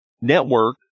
network